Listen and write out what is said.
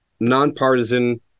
nonpartisan